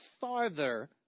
farther